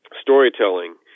storytelling